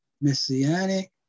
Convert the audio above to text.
messianic